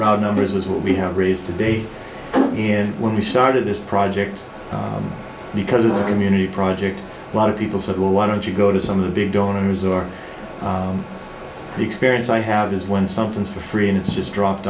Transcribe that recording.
round numbers is what we have raised to date and when we started this project because it's a community project a lot of people said well why don't you go to some of the big donors or the experience i have is when something is for free and it's just dropped